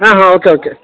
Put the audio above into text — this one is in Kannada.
ಹಾಂ ಹಾಂ ಓಕೆ ಓಕೆ